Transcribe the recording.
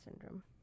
syndrome